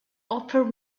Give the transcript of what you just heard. upper